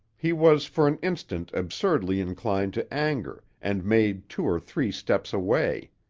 he was for an instant absurdly inclined to anger and made two or three steps away.